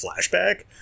flashback